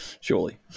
Surely